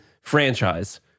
franchise